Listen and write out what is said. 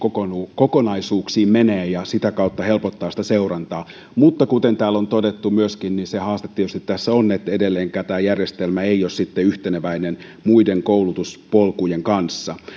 kokonaisuuksiin menee ja sitä kautta helpottaa seurantaa mutta kuten täällä on todettu myöskin se haaste tässä tietysti on että edelleenkään tämä järjestelmä ei ole sitten yhteneväinen muiden koulutuspolkujen kanssa